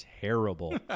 terrible